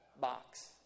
box